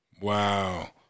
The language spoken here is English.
Wow